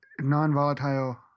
non-volatile